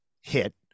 hit